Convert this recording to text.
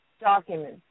documents